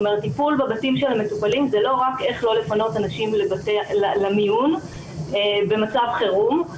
טיפול בבתי המטופלים זה לא רק איך לא לפנות אנשים למיון במצב חירום.